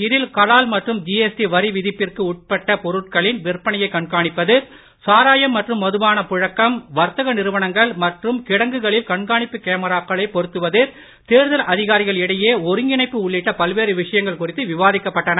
இதில் கலால் மற்றும் ஜிஎஸ்டி வரி விதிப்பிற்கு உட்பட்ட பொருட்களின் விற்பனையை கண்காணிப்பது சாராயம் மற்றும் மதுபான புழக்கம் வர்த்தக நிறுவனங்கள் மற்றும் கிடங்குகளில் கண்காணிப்பு கேமராக்களை பொருத்துவது தேர்தல் அதிகாரிகள் இடையே ஒருங்கிணைப்பு உள்ளிட்ட பல்வேறு விஷயங்கள் குறித்து விவாதிக்கப்பட்டது